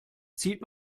zieht